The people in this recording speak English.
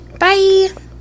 bye